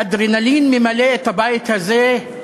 האדרנלין ממלא את הבית הזה,